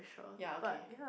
ya okay